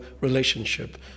relationship